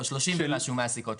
לא, 30 ומשהו רשויות מעסיקות.